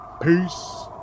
Peace